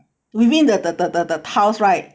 within the the the tiles right